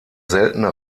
seltene